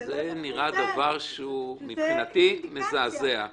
זה נראה דבר שמבחינתי הוא מזעזע.